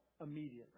immediately